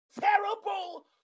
terrible